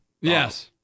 Yes